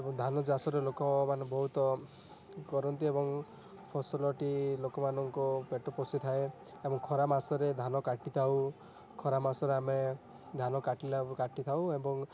ଏବଂ ଧାନ ଚାଷରେ ଲୋକମାନେ ବହୁତ କରନ୍ତି ଏବଂ ଫସଲଟି ଲୋକମାନଙ୍କ ପେଟ ପୋଷିଥାଏ ଏବଂ ଖରା ମାସରେ ଧାନ କାଟିଥାଉ ଖରା ମାସରେ ଆମେ ଧାନ କାଟିଲା କାଟିଥାଉ ଏବଂ